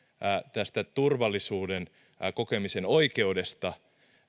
tästä turvallisuuden kokemisen oikeudesta